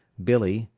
billee,